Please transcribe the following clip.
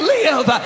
live